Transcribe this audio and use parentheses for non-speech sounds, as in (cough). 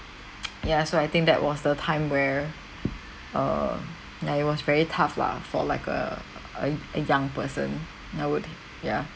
(noise) ya so I think that was the time where err ya it was very tough lah for like a a a young person I would think ya